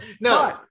No